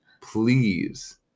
please